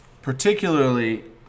Particularly